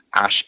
ash